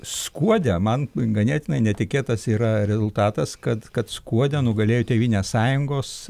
skuode man ganėtinai netikėtas yra rezultatas kad kad skuode nugalėjo tėvynės sąjungos